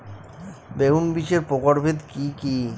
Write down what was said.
বেগুন বীজের প্রকারভেদ কি কী?